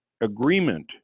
agreement